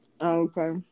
Okay